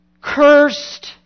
Cursed